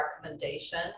recommendation